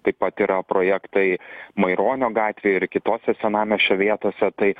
taip pat yra projektai maironio gatvėj ir kitose senamiesčio vietose tai